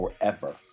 forever